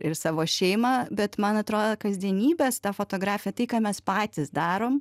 ir savo šeimą bet man atrodo kasdienybės ta fotografija tai ką mes patys darom